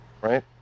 right